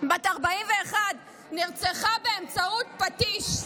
בת 41, נרצחה באמצעות פטיש,